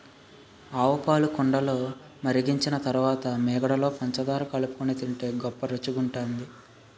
ఆవుపాలు కుండలో మరిగించిన తరువాత మీగడలో పంచదార కలుపుకొని తింటే గొప్ప రుచిగుంటది